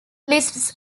lists